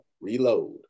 reload